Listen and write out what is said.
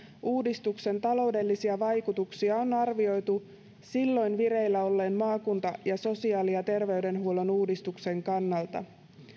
uudistuksen taloudellisia vaikutuksia on arvioitu silloin vireillä olleen maakunta ja sosiaali ja terveydenhuollon uudistuksen kannalta